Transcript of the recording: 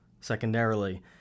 secondarily